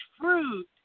Fruit